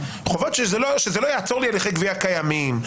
שזה לא יעצור לי הליכי גבייה קיימים,